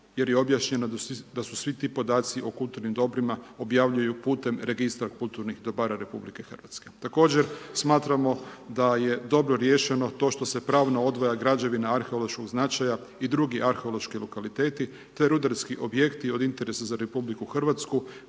jer je i objašnjeno da se svi ti podaci o kulturnim dobrima objavljuju putem registra kulturnih dobara RH. Također smatramo da je dobro riješeno to što se pravno odvaja građevina arheološkog značaja i drugi arheološki lokaliteti te rudarski objekti od interesa za RH koji se